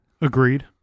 Agreed